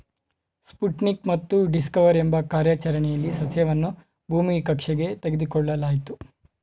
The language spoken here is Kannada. ಸ್ಪುಟ್ನಿಕ್ ಮತ್ತು ಡಿಸ್ಕವರ್ ಎಂಬ ಕಾರ್ಯಾಚರಣೆಲಿ ಸಸ್ಯವನ್ನು ಭೂಮಿ ಕಕ್ಷೆಗೆ ತೆಗೆದುಕೊಳ್ಳಲಾಯ್ತು